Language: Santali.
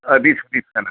ᱫᱤᱥ ᱦᱩᱫᱤᱥ ᱠᱟᱱᱟ